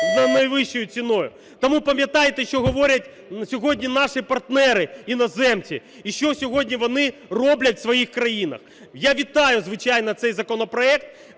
за найвищою ціною. Тому пам'ятайте, що говорять сьогодні наші партнери іноземці, і що сьогодні вони роблять в своїх країнах. Я вітаю, звичайно, цей законопроект.